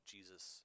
Jesus